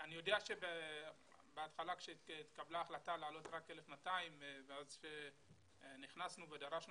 אני יודע שבהתחלה כשהתקבלה ההחלטה להעלות רק 1,200 ונכנסנו ודרשנו